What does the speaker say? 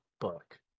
book